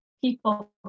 people